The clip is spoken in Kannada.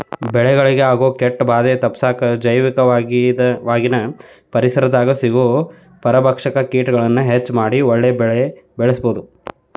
ಬೆಳೆಗಳಿಗೆ ಆಗೋ ಕೇಟಭಾದೆ ತಪ್ಪಸಾಕ ಜೈವಿಕವಾಗಿನ ಪರಿಸರದಾಗ ಸಿಗೋ ಪರಭಕ್ಷಕ ಕೇಟಗಳನ್ನ ಹೆಚ್ಚ ಮಾಡಿ ಒಳ್ಳೆ ಬೆಳೆಬೆಳಿಬೊದು